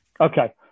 Okay